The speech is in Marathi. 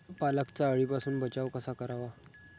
पालकचा अळीपासून बचाव कसा करावा?